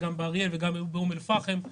כך גם באריאל ובאום אל פאחם.